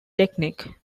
technique